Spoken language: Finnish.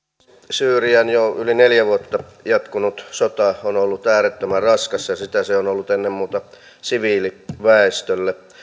syyrian jo yli neljä vuotta jatkunut sota on ollut äärettömän raskas ja sitä se on ollut ennen muuta siviiliväestölle